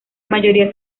mayoría